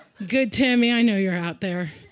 good tammy, i know you're out there.